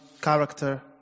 character